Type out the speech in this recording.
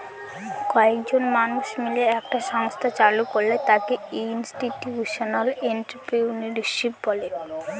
কয়েকজন মানুষ মিলে একটা সংস্থা চালু করলে তাকে ইনস্টিটিউশনাল এন্ট্রিপ্রেনিউরশিপ বলে